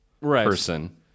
person